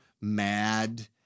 mad